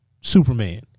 Superman